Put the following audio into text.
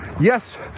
yes